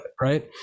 right